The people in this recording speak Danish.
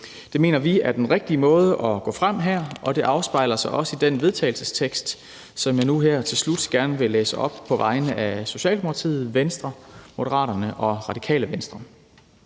Det mener vi er den rigtige måde at gå frem her, og det afspejler sig også i den vedtagelsestekst, som jeg nu her til slut gerne vil læse op på vegne af Socialdemokratiet, Venstre, Moderaterne og Radikale Venstre.